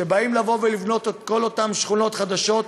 כשבאים לבנות את כל אותן שכונות חדשות,